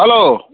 hello